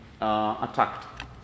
attacked